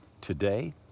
today